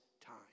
time